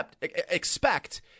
expect